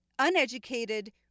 uneducated